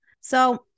So-